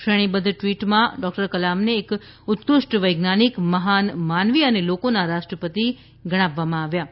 શ્રેણીબદ્ધ ટ઼િવટમાં ડોક્ટર કલામને એક ઉત્કૃષ્ટ વૈજ્ઞાનિક મહાન માનવી અને લોકોના રાષ્ટ્રપતિ ગણાવવામાં આવ્યા છે